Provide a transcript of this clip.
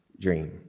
dream